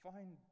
Find